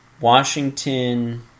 Washington